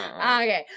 Okay